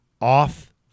off